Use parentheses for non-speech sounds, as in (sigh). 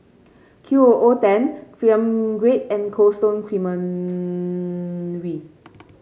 Qooten Film Grade and Cold Stone Creamery (noise)